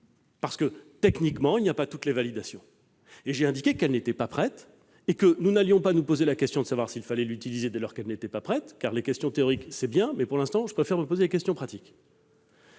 car techniquement, elle n'avait pas obtenu toutes les validations requises, et que nous n'allions pas nous poser la question de savoir s'il fallait l'utiliser dès lors qu'elle n'était pas prête, car les questions théoriques, c'est bien, mais pour l'instant, je préfère me poser des questions pratiques